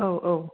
औ औ